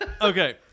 Okay